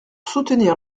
soutenir